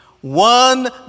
one